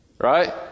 Right